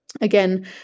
Again